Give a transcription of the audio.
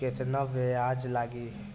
केतना ब्याज लागी?